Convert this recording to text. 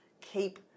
keep